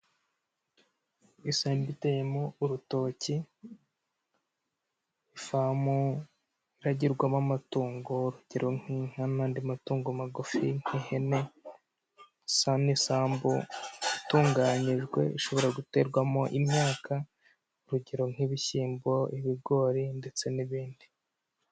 Isambo iteyemo urutoki, ifamu iragirwamo amatungo, urugero nk'inka n'andi matungo magufi nk'ihene, n'isambu itunganyijwe ishobora guterwamo imyaka, urugero nk'ibishyimbo, ibigori ndetse n'ibindi.